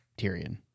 Tyrion